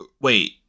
Wait